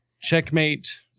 checkmate